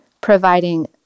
providing